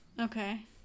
Okay